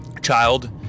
child